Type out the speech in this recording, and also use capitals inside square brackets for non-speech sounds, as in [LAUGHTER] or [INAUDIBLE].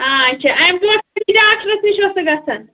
آچھا اَمہِ [UNINTELLIGIBLE] ڈاکٹرَس نِش ٲسٕکھ گژھان